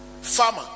farmer